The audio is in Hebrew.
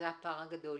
הפער הגדול.